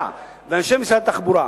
אתה ואנשי משרד התחבורה,